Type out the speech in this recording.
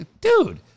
Dude